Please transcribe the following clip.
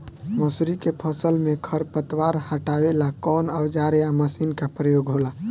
मसुरी के फसल मे से खरपतवार हटावेला कवन औजार या मशीन का प्रयोंग होला?